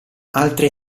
altre